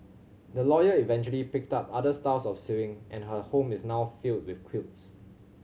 the lawyer eventually picked up other styles of sewing and her home is now filled with quilts